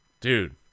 dude